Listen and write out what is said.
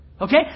Okay